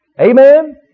Amen